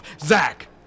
Zach